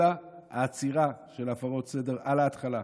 אלא העצירה של הפרות הסדר כבר בהתחלה.